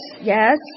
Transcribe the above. yes